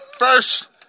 First